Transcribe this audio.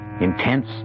Intense